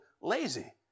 lazy